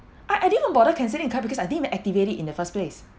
I I didn't even bother cancelling card because I didn't activate it in the first place